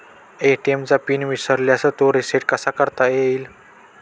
ATM चा pin विसरल्यास तो रिसेट कसा करता येईल?